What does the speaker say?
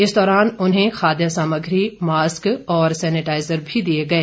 इस दौरान उन्हें खाद्य सामग्री मास्क और सेनेटाईजर भी दिए गए